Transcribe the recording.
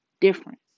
difference